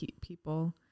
people